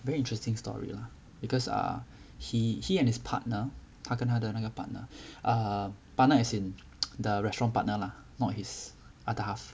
very interesting story lah because ah he he and his partner 他跟他的那个 partner err partner as in the restaurant partner lah not his other half